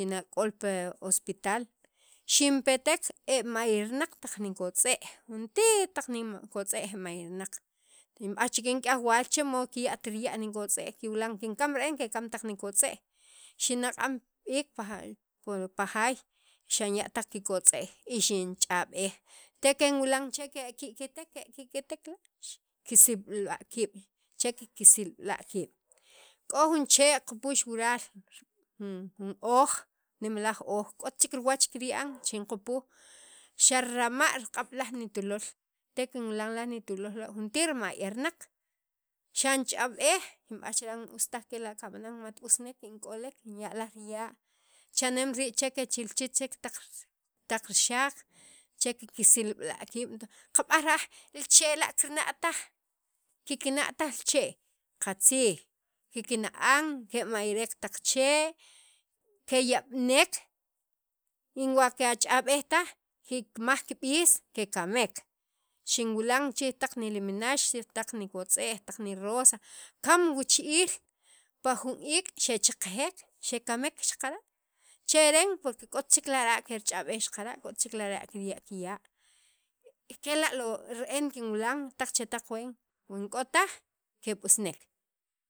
na k'ol pi hospital xinpetek e mayarnaq taq nikotz'e'j, juntir taq nima nikotz'e'j e mayarnaq xinb'aj chikyan taq waal chimod kiya't kiya' taq nikotz'e'j kiwilan kinkam re'en ke kam taq nikotz'ej xinaq'n b'iik pa jaay xinya' kikotz'ej xinch'ab'ej te kinwilan che ke ki'kitek ke ki'kitek la' kisib'la kiib' che kesibla' kiib' k'o jun chee' kupux wural jun jun ooj nemalaj oj k'ot chek riwach kirya'an xinqupoj xiramaj riqa'b' laj nutulol te kinwilan laj ntulol la' juntir mayarnaq xinch'ab'ej kinb'aj chiran os taj kela' kab'anan in k'olek xinya' laj riya' in k'olek xinya' laj riya' cha'nem rii' chek kechilchit chek taq rixaq che kiksilb'la' kiib' ta kab'aj ra'aj li chee' la kikina'taj li chee' qatziij kikna'an kemayarek taq chee' keyab'nek y wan kach'ab'ej taj kikmaj kib'is kekamek xinwilan chij taq nilimnax chiriij taq nikotz'e'j taq nirosa kam wichi'iil pa jun iik' xechaqjek che kamek xaqara' porque k'ot chek lara' kirch'ab'ej xaqara' k'ot chek lara' kirya' kiya' kela' lo re'en kinwilan taq chetaq ween wan ink'o taj keb'usnek.